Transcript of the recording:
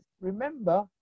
remember